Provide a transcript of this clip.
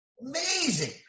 Amazing